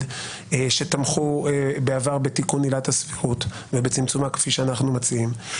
שבעבר תמכו בתיקון עילת הסבירות ובצמצומה כפי שאנחנו מציעים,